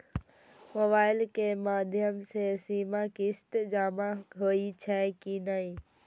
Mobile के माध्यम से सीमा किस्त जमा होई छै कि नहिं?